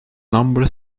number